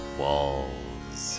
walls